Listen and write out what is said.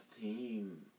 team